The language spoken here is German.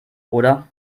oder